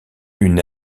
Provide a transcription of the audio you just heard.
une